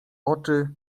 oczy